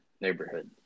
neighborhood